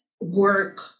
work